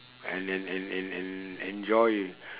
and and and and and enjoy